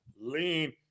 lean